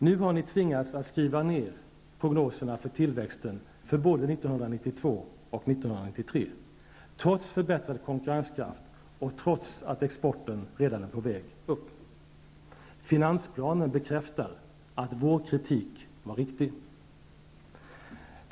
Nu har ni tvingats att skriva ner prognoserna för tillväxten för både 1992 och 1993 -- trots förbättrad konkurrenskraft och trots att exporten redan är på väg upp. Finansplanen bekräftar att vår kritik var riktig.